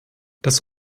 das